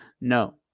No